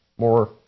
More